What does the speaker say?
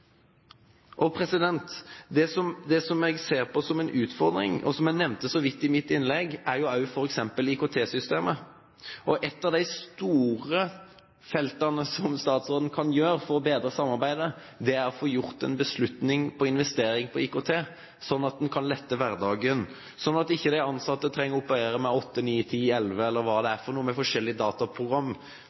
Det jeg ser på som en utfordring, og som jeg nevnte så vidt i mitt innlegg, er f.eks. IKT-systemet. Ett av de store feltene der statsråden kan gjøre noe for å bedre samarbeidet, gjelder IKT – å få tatt en beslutning på investering i IKT, slik at en kan lette hverdagen så ikke de ansatte trenger å operere med åtte, ni, ti, elleve – eller hva det er – forskjellige dataprogram,